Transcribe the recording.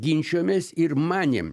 ginčijomės ir manėm